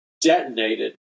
Detonated